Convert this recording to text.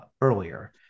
earlier